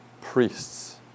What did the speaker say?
priests